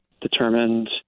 determined